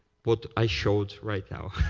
what i showed right now.